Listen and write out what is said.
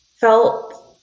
felt